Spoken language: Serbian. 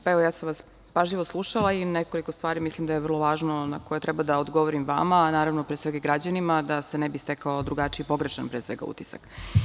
Pažljivo sam vas slušala i nekoliko stvari mislim da je vrlo važno na koje treba da odgovorim vama, a naravno i građanima da se ne bi stekao drugačiji pogrešan, pre svega, utisak.